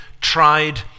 tried